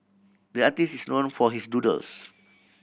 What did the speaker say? the artist is known for his doodles